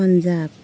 Punjab